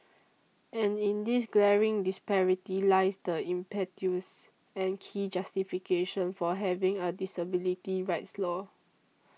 and in this glaring disparity lies the impetus and key justification for having a disability rights law